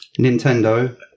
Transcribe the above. Nintendo